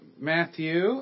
Matthew